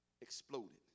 exploded